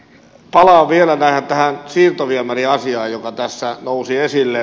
palaan vielä tähän siirtoviemäriasiaan joka tässä nousi esille